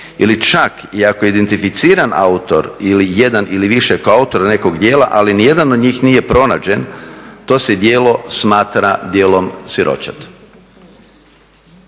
ili čak i ako je identificiran autor ili jedan ili više koautora nekog djela ali ni jedan od njih nije pronađen to se djelo smatra djelom siročad.